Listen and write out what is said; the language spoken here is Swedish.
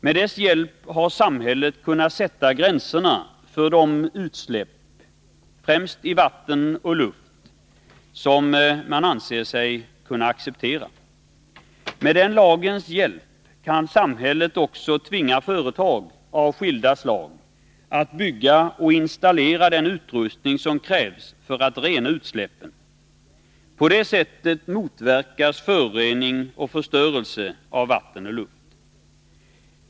Med hjälp av denna har samhället kunnat fastställa gränserna för de utsläpp, främst i vatten och luft, som man anser sig kunna acceptera. Med hjälp av den lagen kan samhället också tvinga företag av skilda slag att bygga och installera den utrustning som krävs för att rena utsläppen. På det sättet motverkas förorening och förstörelse av vatten och luft.